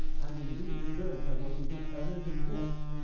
and indeed birds have not even a permanent address.